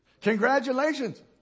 Congratulations